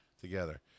together